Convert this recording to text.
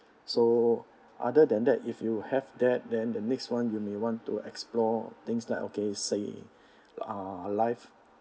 so other than that if you have that then the next one you may want to explore things like okay say ah life